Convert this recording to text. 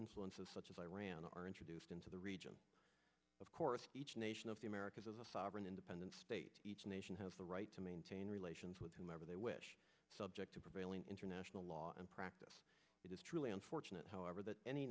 influence of such as iran are introduced into the region of course each nation of the americas as a sovereign independent state each nation has the right to maintain relations with whomever they wish subject to prevailing international law and practice it is truly unfortunate however that any